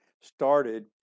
started